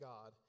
God